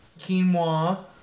Quinoa